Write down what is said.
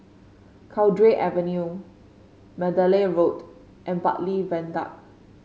Cowdray Avenue Mandalay Road and Bartley Viaduct